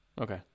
Okay